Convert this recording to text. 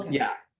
yeah,